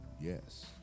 Yes